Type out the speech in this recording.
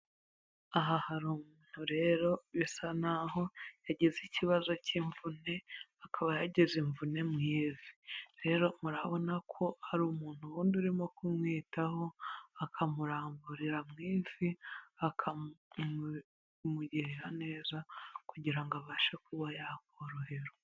Aha hari umuntu rero bisa nk'aho yagize ikibazo cy'imvune, akaba yageze imvune mu ivi. Rero murabona ko hari umuntu wundi urimo kumwitaho akamuramburira mu ivi, akamugirira neza kugira abashe kuba yakorohera.